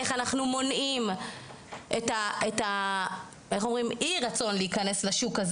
איך אנחנו מונעים את אי הרצון להיכנס לשוק הזה